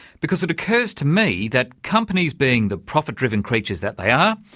because it occurs to me that companies being the profit-driven creatures that they are,